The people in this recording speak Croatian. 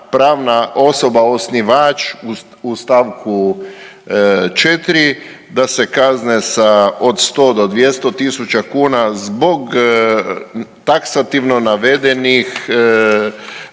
pravna osoba osnivač u stavku 4. da se kazne sa od 100 do 200 tisuća kuna zbog taksativno navedenih